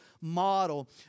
model